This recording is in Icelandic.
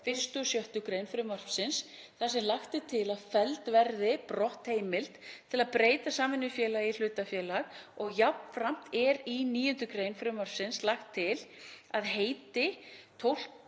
sbr. 1. og 6. gr. frumvarpsins þar sem lagt er til að felld verði brott heimild til að breyta samvinnufélagi í hlutafélag og jafnframt er í 9. gr. frumvarpsins lagt til að heiti